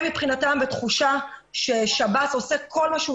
הם מבחינתם בתחושה ששב"ס עושה כל מה שהוא